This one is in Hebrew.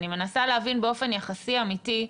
אני מנסה להבין באופן יחסי אמיתי,